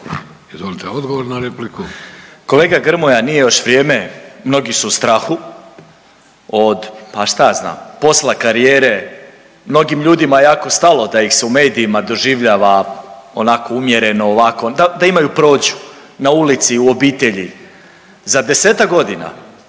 **Miletić, Marin (MOST)** Kolega Grmoja, nije još vrijeme, mnogi su u strahu od, pa šta ja znam, posla, karijere, mnogim ljudima je jako stalo da ih se u medijima doživljava onako umjereno, ovako, da imaju prođu na ulici, u obitelji. Za 10-ak godina,